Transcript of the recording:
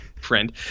friend